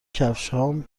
کفشهام